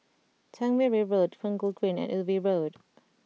Tangmere Road Punggol Green and Ubi Road